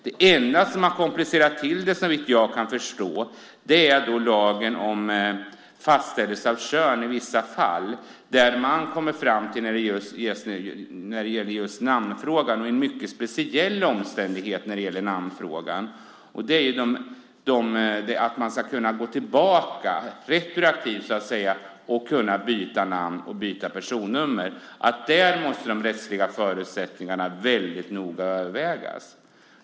Det enda som har komplicerat det hela är lagen om fastställelse av kön i vissa fall och en mycket speciell omständighet - om man ska kunna gå tillbaka och byta namn och personnummer retroaktivt. Där måste de rättsliga förutsättningarna väldigt noga övervägas.